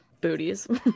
booties